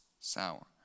sour